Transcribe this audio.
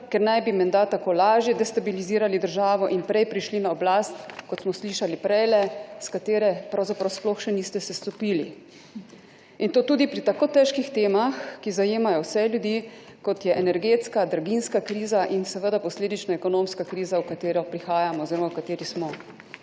ker naj bi menda tako lažje destabilizirali državo in prej prišli na oblast, kot smo slišali prejle, s katere pravzaprav sploh še niste sestopili. In to tudi pri tako težkih temah, ki zajemajo vse ljudi, kot je energetska, draginjska kriza in seveda posledično ekonomska kriza, v katero prihajamo oziroma v kateri smo,